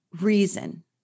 reason